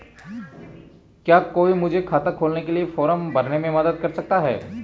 क्या कोई मुझे खाता खोलने के लिए फॉर्म भरने में मदद कर सकता है?